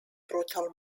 brutal